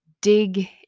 dig